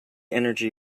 energy